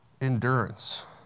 endurance